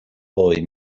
boy